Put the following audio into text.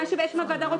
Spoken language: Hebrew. מה שהוועדה רוצה,